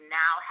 now